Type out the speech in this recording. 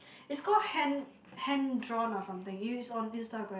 it's called hand hand drawn or something it's on Instagram